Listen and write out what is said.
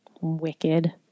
Wicked